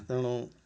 ତେଣୁ